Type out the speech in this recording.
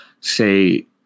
say